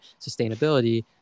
sustainability